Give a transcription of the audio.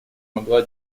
могла